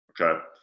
Okay